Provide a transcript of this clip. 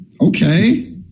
Okay